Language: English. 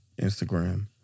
Instagram